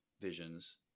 Visions